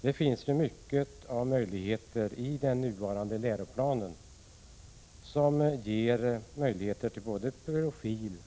Det finns stora möjligheter till såväl profil som alternativ i nuvarande läroplan.